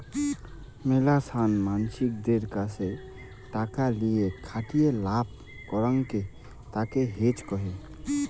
মেলাছান মানসিদের কাসে টাকা লিয়ে যেখাটিয়ে লাভ করাঙকে তাকে হেজ কহে